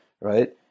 right